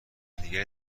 دیگری